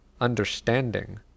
understanding